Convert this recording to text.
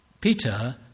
Peter